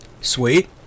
sweet